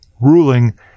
ruling